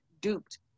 duped